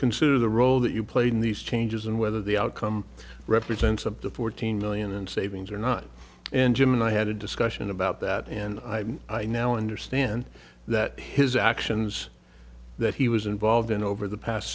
consider the role that you played in these changes and whether the outcome represents up to fourteen million and savings or not and jim and i had a discussion about that and i i now understand that his actions that he was involved in over the past